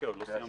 עוד לא סיימתי.